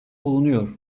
bulunuyor